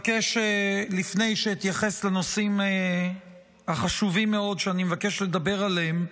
לפני שאתייחס לנושאים החשובים מאוד שאני מבקש לדבר עליהם,